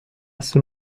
sul